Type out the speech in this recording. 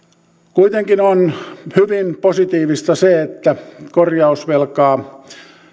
kuitenkin on hyvin positiivista se että korjausvelkaa